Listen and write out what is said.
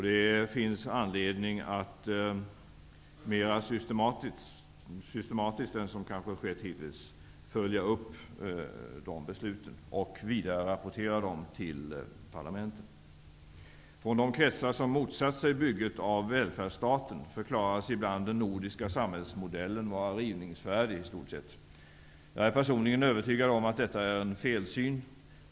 Det finns anledning att mer systematiskt än som kanske har skett hittills följa upp dessa beslut och vidarerapportera dem till parlamenten. Från de kretsar som har motsatt sig bygget av välfärdsstaten förklaras ibland den nordiska samhällsmodellen vara i stort sett rivningsfärdig. Jag är personligen övertygad om att detta är en felsyn.